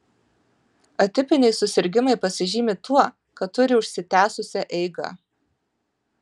atipiniai susirgimai pasižymi tuo kad turi užsitęsusią eigą